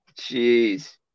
Jeez